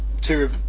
two